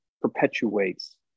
perpetuates